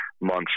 months